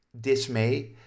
dismay